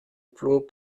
plomb